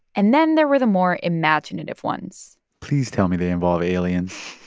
and then there were the more imaginative ones please tell me they involve aliens.